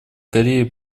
кореи